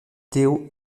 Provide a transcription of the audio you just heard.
théo